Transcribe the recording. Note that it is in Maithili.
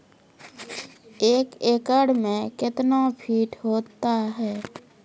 एक एकड मे कितना फीट होता हैं?